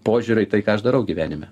požiūrio į tai ką aš darau gyvenime